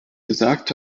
gesagt